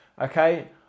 okay